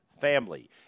family